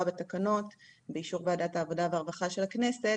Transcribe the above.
בתקנות באישורה של וועדת העבודה והרווחה של הכנסת,